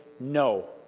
no